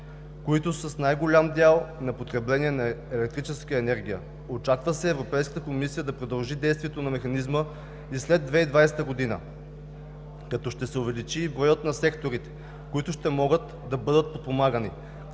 които са с най-голям дял на потребление на електрическа енергия. Очаква се Европейската комисия да продължи действието на механизма и след 2020 г., като ще се увеличи и броят на секторите, които ще могат да бъдат подпомагани,